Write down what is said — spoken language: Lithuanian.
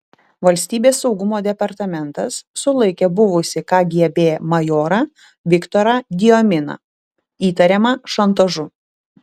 valstybės saugumo departamentas sulaikė buvusį kgb majorą viktorą diominą įtariamą šantažu